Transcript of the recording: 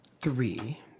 three